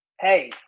hey